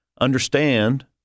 Understand